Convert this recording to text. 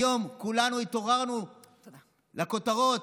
היום כולנו התעוררנו לכותרות: